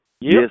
Yes